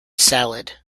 salad